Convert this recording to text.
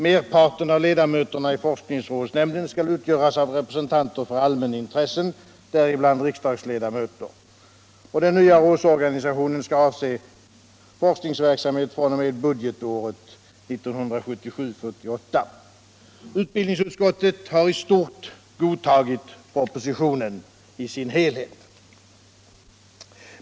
Merparten av ledamöterna i forskningsrådsnämnden skall utgöras av representanter för allmänintressen, däribland riksdagsledamöter. Den nya riksorganisationen skall avse forskningsverksamhet fr.o.m. budgetåret 1977/78. Utbildningsutskottet har i stort godtagit propositionen i dess helhet.